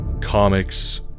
comics